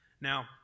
Now